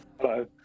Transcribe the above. hello